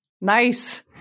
nice